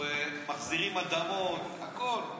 מחזירים אדמות, הכול.